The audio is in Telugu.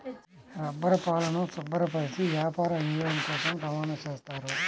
రబ్బరుపాలను శుభ్రపరచి వ్యాపార వినియోగం కోసం రవాణా చేస్తారు